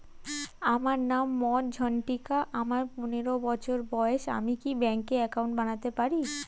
আমার নাম মজ্ঝন্তিকা, আমার পনেরো বছর বয়স, আমি কি ব্যঙ্কে একাউন্ট বানাতে পারি?